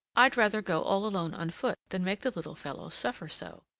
i'd rather go all alone on foot than make the little fellow suffer so.